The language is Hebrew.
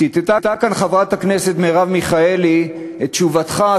ציטטה כאן חברת הכנסת מרב מיכאלי את תשובתך,